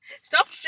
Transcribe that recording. Stop